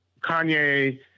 Kanye